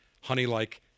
honey-like